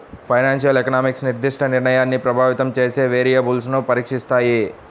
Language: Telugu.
ఫైనాన్షియల్ ఎకనామిక్స్ నిర్దిష్ట నిర్ణయాన్ని ప్రభావితం చేసే వేరియబుల్స్ను పరీక్షిస్తాయి